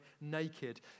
naked